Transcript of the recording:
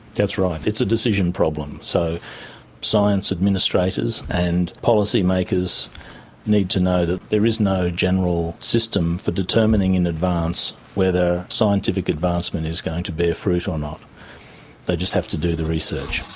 that's right, it's a decision problem, so science administrators and policymakers need to know that there is no general system for determining in advance whether scientific advancement is going to bear fruit or not, they just have to do the research.